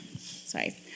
sorry